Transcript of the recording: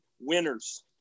Winners